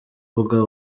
urubuga